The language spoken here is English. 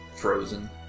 frozen